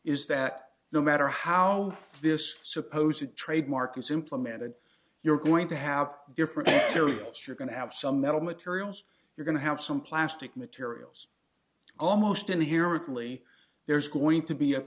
is that no matter how this suppose that trademark is implemented you're going to have different cereals you're going to have some metal materials you're going to have some plastic materials almost inherently there's going to be a